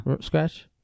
scratch